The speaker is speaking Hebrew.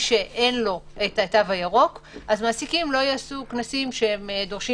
שאין לו תו ירוק אז מעסיקים לא יעשו כנסים שדורשים